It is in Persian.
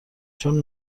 چون